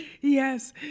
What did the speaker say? Yes